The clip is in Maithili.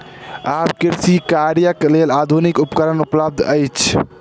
आब कृषि कार्यक लेल आधुनिक उपकरण उपलब्ध अछि